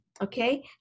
okay